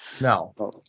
No